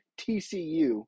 TCU